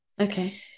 Okay